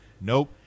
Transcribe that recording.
Nope